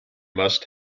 must